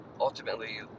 ultimately